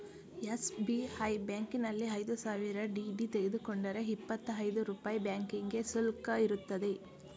SBI ಬ್ಯಾಂಕಿನಲ್ಲಿ ಐದು ಸಾವಿರ ಡಿ.ಡಿ ತೆಗೆದುಕೊಂಡರೆ ಇಪ್ಪತ್ತಾ ಐದು ರೂಪಾಯಿ ಬ್ಯಾಂಕಿಂಗ್ ಶುಲ್ಕ ಇರುತ್ತದೆ